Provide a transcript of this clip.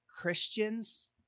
Christians